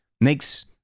makes